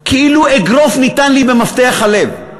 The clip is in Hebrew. כאילו אגרוף ניתן לי במפתח הלב.